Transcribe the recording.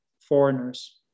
foreigners